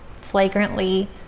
flagrantly